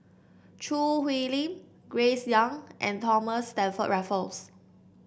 Choo Hwee Lim Grace Young and Thomas Stamford Raffles